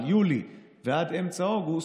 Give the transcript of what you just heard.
על יולי ועד אמצע אוגוסט,